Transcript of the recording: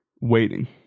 waiting